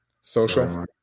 Social